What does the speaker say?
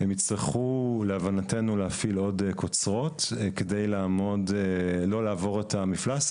הם יצטרכו להבנתנו להפעיל עוד קוצרות כדי לעמוד בלא לעבור את המפלס,